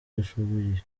ishoboye